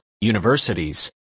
universities